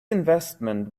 investment